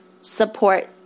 support